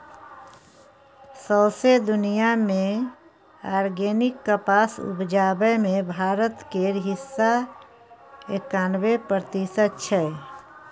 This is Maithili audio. सौंसे दुनियाँ मे आर्गेनिक कपास उपजाबै मे भारत केर हिस्सा एकानबे प्रतिशत छै